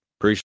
Appreciate